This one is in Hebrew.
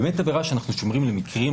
זאת עבירה שאנחנו שומרים למקרים,